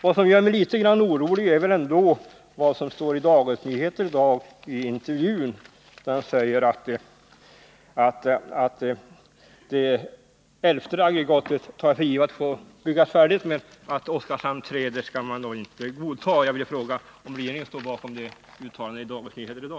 Vad som gör mig litet orolig är vad som står i Dagens Nyheter i dag i en intervju där statsministern säger om det tolfte aggregatet — att det elfte aggregatet får byggas färdigt det tar jag för givet — att man inte skall godta utbyggnad av Oskarshamn 3. Jag vill fråga om regeringen står bakom detta uttalande i dag.